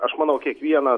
aš manau kiekvienas